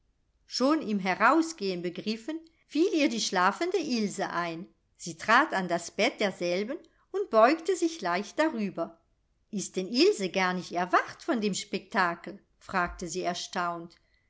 schon im herausgehen begriffen fiel ihr die schlafende ilse ein sie trat an das bett derselben und beugte sich leicht darüber ist denn ilse gar nicht erwacht von dem spektakel fragte sie erstaunt